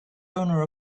owner